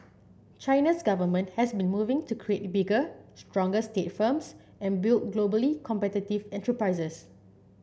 China's government has been moving to create bigger stronger state firms and build globally competitive enterprises